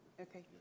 Okay